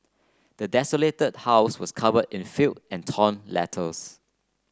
the desolated house was cover in filth and torn letters